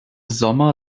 sommer